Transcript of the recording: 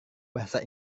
bahasa